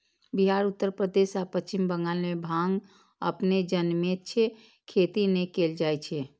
बिहार, उत्तर प्रदेश आ पश्चिम बंगाल मे भांग अपने जनमैत छै, खेती नै कैल जाए छै